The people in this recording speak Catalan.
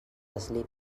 eslip